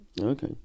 Okay